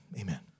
Amen